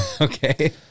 Okay